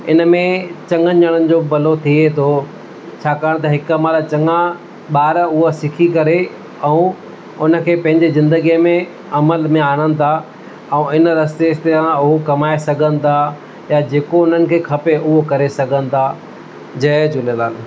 हिन में चङनि ॼणनि जो भलो थिए थो छाकाणि त हिक महिल चङा ॿार उहे सिखी करे ऐं हुनखे पंहिंजे ज़िंदगीअ में अमल में आणनि था ऐं हिन रस्ते ते उहे कमाए सघनि था जेको खपे उहो करे सघनि था जय झूलेलाल